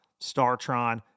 StarTron